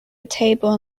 table